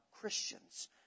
christians